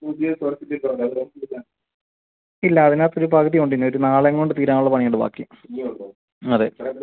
പുതിയ ഇല്ല അതിനകത്ത് ഒരു പകുതി ഉണ്ട് ഒരു നാളെയും കൊണ്ട് തീരാനുള്ള പണി ഉണ്ട് ബാക്കി ഇനിയും ഉണ്ടോ അതെ